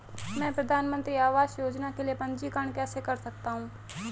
मैं प्रधानमंत्री आवास योजना के लिए पंजीकरण कैसे कर सकता हूं?